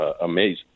amazing